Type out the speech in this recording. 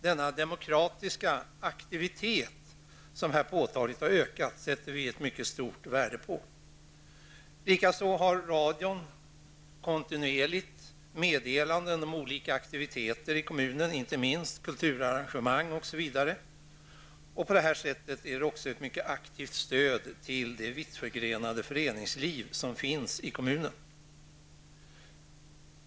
Denna demokratiska aktivitet, som också påtagligt har ökat, sätter vi mycket stort värde på. Vidare lämnar radion kontinuerligt meddelanden om olika aktiviteter i kommunen. Inte minst gäller det t.ex. kulturarrangemang. På detta sätt utgör lokalradion ett mycket aktivt stöd till det vitt förgrenade föreningslivet i kommunen.